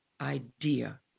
idea